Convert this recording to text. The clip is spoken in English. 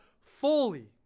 fully